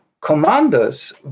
commanders